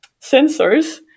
sensors